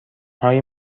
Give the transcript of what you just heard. های